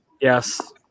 Yes